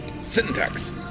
syntax